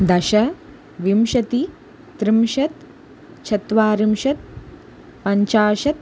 दश विंशतिः त्रिंशत् चत्वारिंशत् पञ्चाशत्